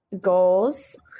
goals